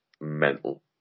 mental